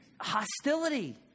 hostility